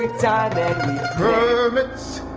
time permits,